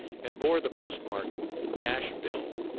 and bore the postmark nashville.